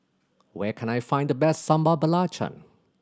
where can I find the best Sambal Belacan